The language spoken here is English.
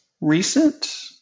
recent